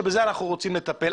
שבזה אנחנו רוצים לטפל.